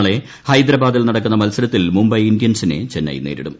നാളെ ഹൈദരാബാദിൽ നടക്കുന്ന മത്സരത്തിൽ മുംബൈ ഇന്ത്യൻസിനെ ചെന്നൈ നേരിടും